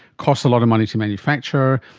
cost a lot of money to manufacture,